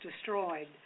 destroyed